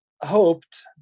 hoped